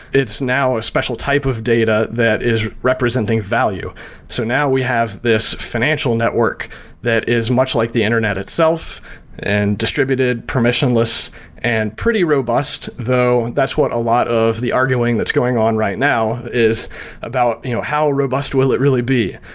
it's now a special type of data that is representing value so now we have this financial network that is much like the internet itself and distributed, permissionless and pretty robust, though that's what a lot of the arguing that's going on right now is about you know how robust will it really be.